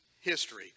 history